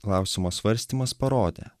klausimo svarstymas parodė